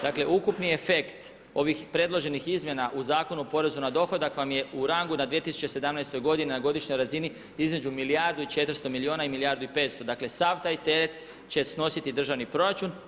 Dakle ukupni efekt ovih predloženih izmjena u Zakonu o porezu na dohodak vam je u rangu na 2017. godini na godišnjoj razini između milijardu i 400 milijuna i milijardu i 500, dakle sav taj teret će snositi državni proračun.